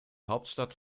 hauptstadt